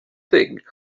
thing